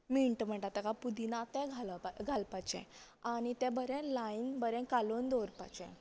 meant म्हणटात ताका पुदिना ते घालपाचे आनी तें बरें लायन बरे कालोवन दवरपाचे